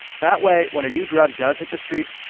that way, when a new drug does hit the street,